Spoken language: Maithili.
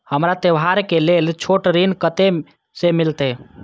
हमरा त्योहार के लेल छोट ऋण कते से मिलते?